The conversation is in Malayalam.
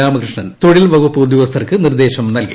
രാമകൃഷ്ണൻ തൊഴിൽ വകുപ്പ് ഉദ്യോഗസ്ഥർക്ക് നിർദേശം നൽകി